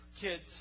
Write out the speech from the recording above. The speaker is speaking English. kids